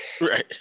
Right